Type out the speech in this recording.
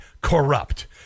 corrupt